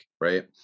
right